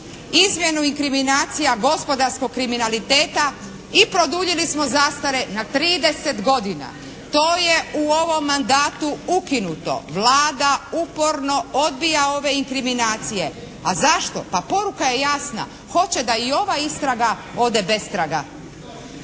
izmjenu inkriminacija gospodarskog kriminaliteta i produljili smo zastare na 30 godina. To je u ovom mandatu ukinuto. Vlada uporno odbija ove inkriminacije, a zašto? Pa poruka je jasna. Hoće da i ova istraga ode bez traga.